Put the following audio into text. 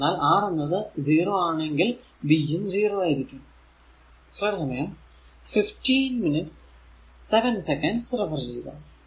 എന്തന്നാൽ R എന്നത് 0 ആണെങ്കിൽ v യും 0 ആയിരിക്കും